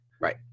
Right